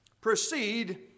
proceed